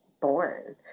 born